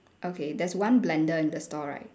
okay there's one blender in the store right